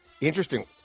Interesting